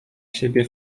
siebie